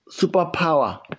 superpower